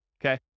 okay